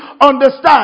understand